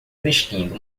vestindo